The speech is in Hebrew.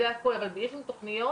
זה הכול, אבל יש לנו תוכניות